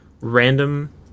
random